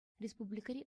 республикӑри